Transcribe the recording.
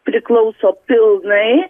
priklauso pilnai